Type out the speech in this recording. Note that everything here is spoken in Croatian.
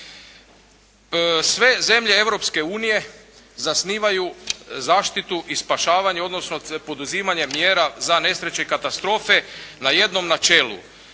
unije zasnivaju zaštitu i spašavanje, odnosno poduzimanje mjera za nesreće i katastrofe na jednom načelu